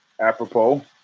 apropos